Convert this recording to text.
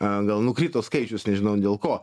a gal nukrito skaičius nežinau dėl ko